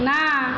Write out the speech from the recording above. না